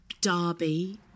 Derby